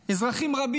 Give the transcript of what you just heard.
אזרחים רבים,